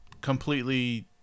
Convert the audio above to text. completely